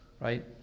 Right